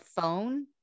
phone